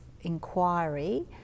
inquiry